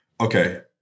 Okay